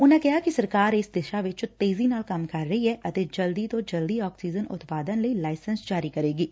ਉਨਾ ਕਿਹਾ ਕਿ ਸਰਕਾਰ ਇਸ ਦਿਸ਼ਾ ਵਿਚ ਤੇਜ਼ੀ ਨਾਲ ਕੰਮ ਕਰ ਰਹੀ ਐ ਅਤੇ ਜਲਦ ਤੋ ਜਲਦ ਆਕਸੀਜਨ ਉਤਪਾਦਨ ਲਈ ਲਾਇਸੈਂਸ ਜਾਰੀ ਕਰੇਗੀ